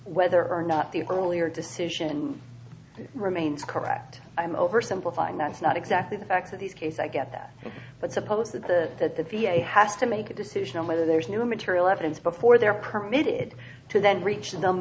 whether or not the earlier decision remains correct i'm oversimplifying that's not exactly the facts of this case i get that but suppose that the that the v a has to make a decision on whether there's new material evidence before they're permitted to then reach the